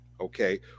okay